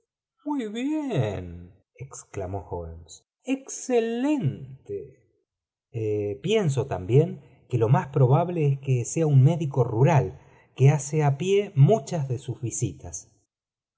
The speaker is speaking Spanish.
muy bien exclamó holmes i excelente pienso también que lo más probable es que sea un médico rural que hace pie muchas de sus visitas